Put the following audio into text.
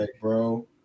bro